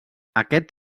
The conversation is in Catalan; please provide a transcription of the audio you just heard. aquest